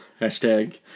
Hashtag